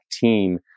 team